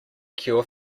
cure